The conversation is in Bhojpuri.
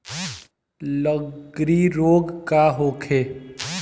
लगंड़ी रोग का होखे?